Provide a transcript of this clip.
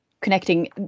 connecting